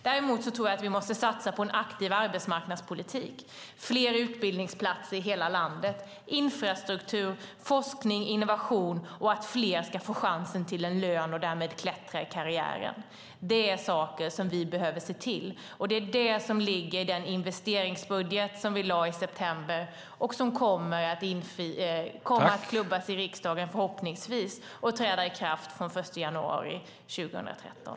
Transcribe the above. Däremot tror jag att vi måste satsa på en aktiv arbetsmarknadspolitik, fler utbildningsplatser i hela landet, infrastruktur, forskning, innovation och att fler ska få chansen till en lön och därmed klättra i karriären. Det är saker som vi behöver se till. Det är det som ligger i den investeringsbudget som vi lade fram i september och som förhoppningsvis kommer att klubbas igenom i riksdagen och träda i kraft från den 1 januari 2013.